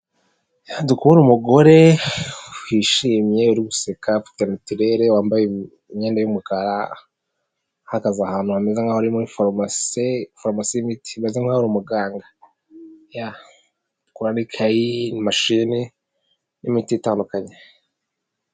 Ndi kubona umugore wishimye uri guseka ufite natirere, wambaye imyenda y'umukara, ahagaze ahantu hameze nk'aho ari muri farumasi birasa nk'aho ari umuganga, ya ndi kubona, ikayi, mashine n'imiti itandukanye.